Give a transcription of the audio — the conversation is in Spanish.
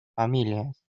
familias